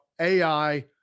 AI